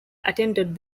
attended